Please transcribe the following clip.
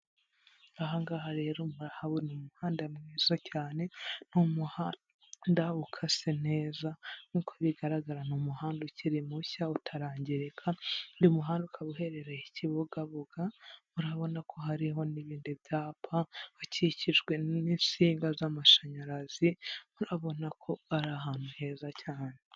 Aha ngaha rero murahabona umuhanda mwiza cyane, ni umuhanda ukase neza nk'uko bigaragara, ni umuhanda ukiri mushya utarangirika, uyu muhanda ukaba uherereye Kibugabuga, urarabona ko hariho n'ibindi byapa, ukikijwe n'insinga z'amashanyarazi, urarabona ko ari ahantu heza cyane.